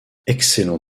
excellent